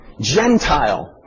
Gentile